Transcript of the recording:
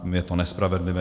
Je to nespravedlivé.